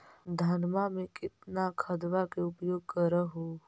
धानमा मे कितना खदबा के उपयोग कर हू?